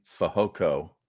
Fahoko